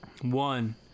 one